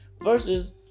versus